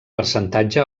percentatge